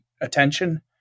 attention